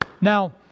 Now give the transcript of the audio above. Now